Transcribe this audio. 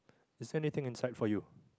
is there anything inside for you